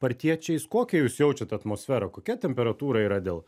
partiečiais kokią jūs jaučiat atmosferą kokia temperatūra yra dėl